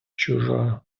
чужа